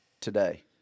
today